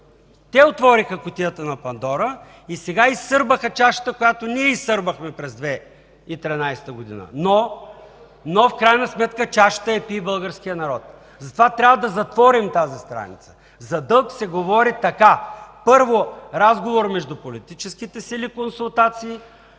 Те отвориха кутията на Пандора и сега изсърбаха чашата, която ние изсърбахме през 2013 г., но в крайна сметка чашата я пие българският народ. Затова трябва да затворим тази страница. За дълг се говори така: първо, разговор между политическите сили, консултации,